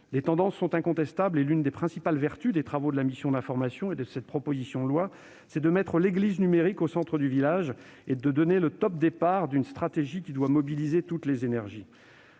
Les tendances sont incontestables, et l'une des principales vertus des travaux de la mission d'information et de cette proposition de loi est de mettre l'église du numérique au centre du village, donnant ainsi le « top départ » d'une stratégie devant mobiliser toutes les énergies.